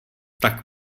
tak